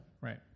Right